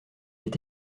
est